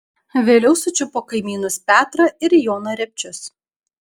vėliau sučiupo kaimynus petrą ir joną repčius